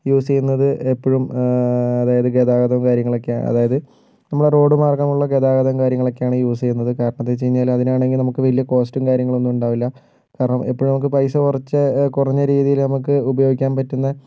use ചെയ്യുന്നത് എപ്പൊഴും ഗതാഗതങ്ങളും കാര്യങ്ങളും ഒക്കെയാണ് അതായത് നമ്മളുടെ റോഡ് മാര്ഗ്ഗമുള്ള ഗതാഗതങ്ങളും കാര്യങ്ങളുമോക്കെയാണ് യൂസ് ചെയ്യുന്നത് പ്രത്യേകിച്ച് അതിനാണെങ്കില് നമുക്ക് വലിയ കോസ്റ്റ് അങ്ങനയോന്നും ഉണ്ടാവൂല എപ്പോഴും നമുക്ക് പൈസ കുറച്ചു കുറഞ്ഞ രീതിയില് നമുക്ക് ഉപയോഗിക്കാന് പറ്റുന്ന ഒരു